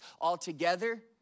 altogether